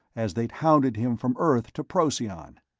as they'd hounded him from earth to procyon.